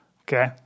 Okay